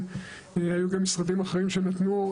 היו גם משרדים אחרים שנתנו.